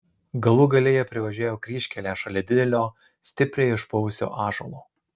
galų gale jie privažiavo kryžkelę šalia didelio stipriai išpuvusio ąžuolo